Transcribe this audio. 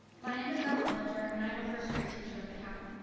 my name is beth hollinger and i'm a first grade teacher with the county.